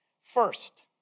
First